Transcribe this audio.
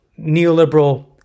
neoliberal